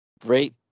great